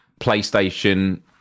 PlayStation